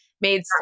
made